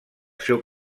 seu